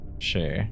sure